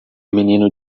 menino